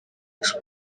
expo